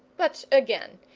but again,